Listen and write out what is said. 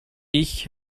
ich